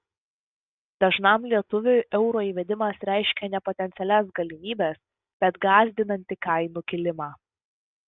dažnam lietuviui euro įvedimas reiškia ne potencialias galimybes bet gąsdinantį kainų kilimą